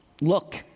look